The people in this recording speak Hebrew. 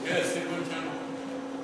יש, סילבן שלום.